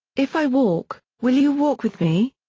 if i walk, will you walk with me?